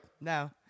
No